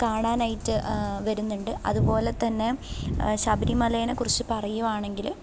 കാണാനായിട്ട് വരുന്നുണ്ട് അതുപോലെ തന്നെ ശബരിമലേനെക്കുറിച്ച് പറയുവാണങ്കില്